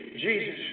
Jesus